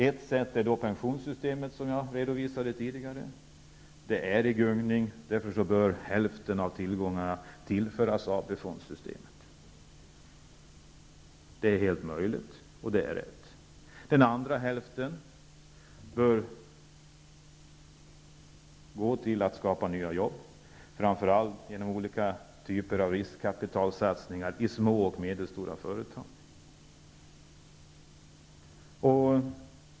Ett sätt att göra detta, som jag redovisade tidigare, är att låta dem gå till pensionssystemet. Det är i gungning, och därför bör hälften av tillgångarna tillföras AP fondssystemet. Det är fullt möjligt, och det är rätt. Den andra hälften bör gå till skapandet av nya jobb, framför allt genom olika typer av riskkapitalsatsningar i små och medelstora företag.